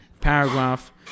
paragraph